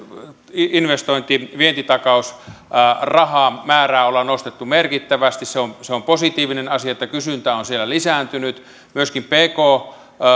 investointi vientitakausrahamäärää on nostettu merkittävästi se on se on positiivinen asia että kysyntä on siellä lisääntynyt myöskin pk